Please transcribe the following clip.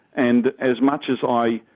and as much as i.